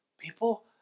people